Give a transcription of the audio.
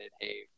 hey